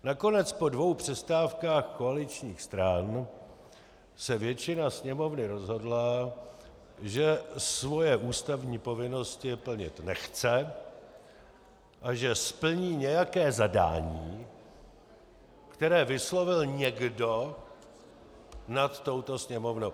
Nakonec po dvou přestávkách koaličních stran se většina sněmovny rozhodla, že svoje ústavní povinnosti plnit nechce a že splní nějaké zadání, které vyslovil někdo nad touto Sněmovnou.